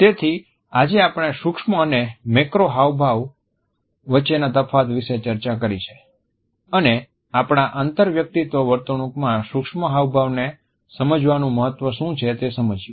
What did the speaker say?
તેથી આજે આપણે સૂક્ષ્મ અને મેક્રો ચહેરાના હાવભાવ વચ્ચેના તફાવત વિશે ચર્ચા કરી છે અને આપણા આંતરવ્યક્તિત્વ વર્તણૂકમાં સૂક્ષ્મ હાવભાવ ને સમજવાનું મહત્વ શું છે તે સમજ્યું